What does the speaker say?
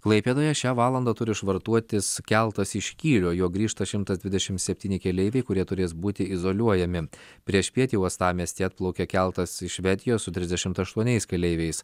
klaipėdoje šią valandą turi švartuotis keltas iš kylio juo grįžta šimtas dvidešimt septyni keleiviai kurie turės būti izoliuojami priešpiet į uostamiestį atplaukė keltas iš švedijos su trisdešimt aštuoniais keleiviais